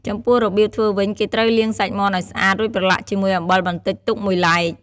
ចំពោះ របៀបធ្វើវិញគេត្រូវលាងសាច់មាន់ឲ្យស្អាត រួចប្រឡាក់ជាមួយអំបិលបន្តិចទុកមួយឡែក។